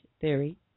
Theory